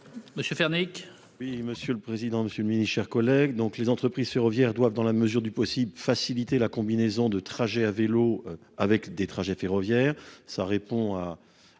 Monsieur faire Nick. Oui, monsieur le président, Monsieur le mini chers collègues donc les entreprises ferroviaires doivent dans la mesure du possible, faciliter la combinaison de trajet à vélo avec des trajets ferroviaires.